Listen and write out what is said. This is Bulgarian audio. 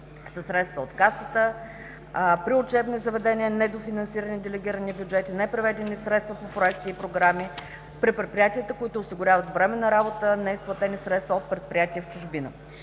средства от Касата; при учебни заведения – недофинансирани делегирани бюджети, не преведени средства по проекти и програми; при предприятията, които осигуряват временна работа – неизплатени средства от предприятия в чужбина.